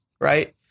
right